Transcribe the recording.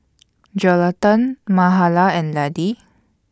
Jonatan Mahala and Laddie